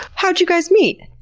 how'd you guys meet?